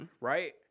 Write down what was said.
Right